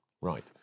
Right